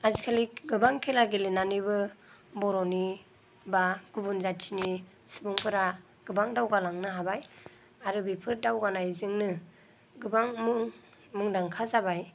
आजिखालि गोबां खेला गेलेनानैबो बर'नि बा गुबुन जाथिनि सुबुंफोरा गोबां दावगालांनो हाबाय आरो बेफोर दावगानायजोंनो गोबां मुं मुंदांखा जाबाय